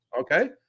Okay